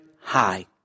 high